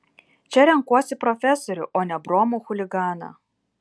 čia renkuosi profesorių o ne bromų chuliganą